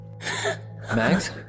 Max